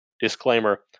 disclaimer